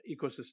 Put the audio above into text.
ecosystem